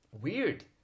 weird